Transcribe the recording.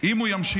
אם הוא ימשיך